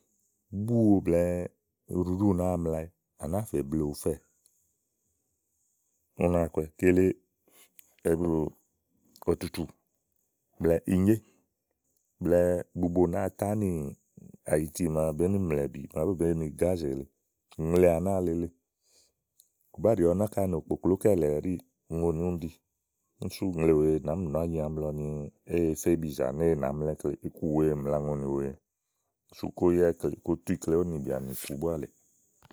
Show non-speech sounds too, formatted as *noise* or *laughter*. búwo blɛ̀ɛ uɖuɖú nàáa mlawɛ à nàáa fè blèe ufɛ́ɛ ú náa kɔwɛ. kele *hesitation* ɔ̀tùtù blɛ̀ɛ inyé blɛ̀ɛ bubo nàáa za ánì ayiti màa bèé ni mlà ìbì màa ówó bèé yi gàá zì èle ùŋle à nàáa lele ù bá ɖi ɔwɔ náka nòkpòkpókɛ̀lɛ̀ ɛɖíì, ùŋonì úni ɖi úni sú ùŋle wèe nàáá mi nɔ̀ɔ ányi àámi lɔ ni éèé fe íbizà ni é nàá mla íklèe. iku mlàa ùŋonì wèe sú kó yá ikle, kótú ikle ówò nìnyà nìkle búá lèe.